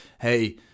hey